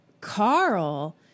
Carl